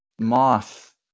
moth